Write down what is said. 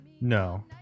No